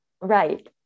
right